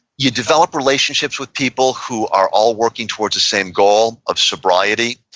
you develop relationships with people who are all working towards the same goal of sobriety.